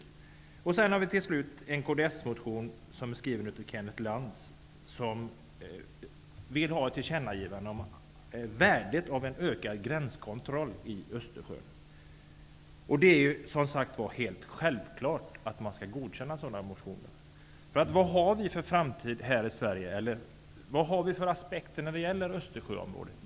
Till slut finns en kds-motion från Kenneth Lantz, som vill ha ett uttalande av riksdagen om värdet av en ökad gränskontroll i Självklart skall riksdagen bifalla dessa motioner. Vilka aspekter har vi här i Sverige när det gäller Östersjöområdet?